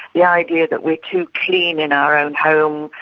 yeah idea that we're too clean in our own home,